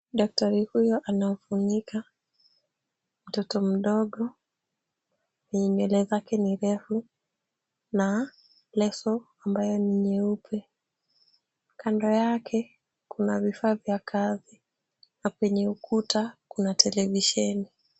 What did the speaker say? Daktari huyo anamfunika mtoto mdogo, mwenye nywele zake ni refu na leso ambayo ni nyeupe. Kando yake kuna vifaa vya kazi na kwenye ukuta kuna televisheni.